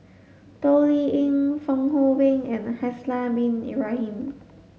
Toh Liying Fong Hoe Beng and Haslir Bin Ibrahim